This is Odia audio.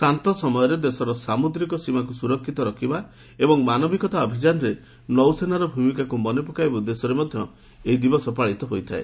ଶାନ୍ତ ସମୟରେ ଦେଶର ସାମ୍ରଦିକ ସୀମାକୁ ସ୍ୱରକ୍ଷିତ ରଖିବା ଏବଂ ମାନବିକତା ଅଭିଯାନରେ ନୌସେନାର ଭୂମିକାକୁ ମନେପକାଇବା ଉଦ୍ଦେଶ୍ୟରେ ମଧ୍ୟ ଏହି ଦିବସ ପାଳିତ ହୋଇଥାଏ